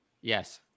yes